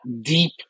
deep